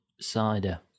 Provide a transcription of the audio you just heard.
cider